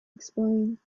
explain